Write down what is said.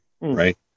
right